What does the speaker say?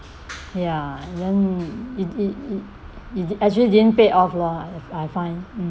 ya and then it it it actually didn't pay off lor I find